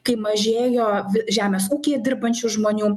kai mažėjo žemės ūkyje dirbančių žmonių